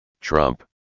Trump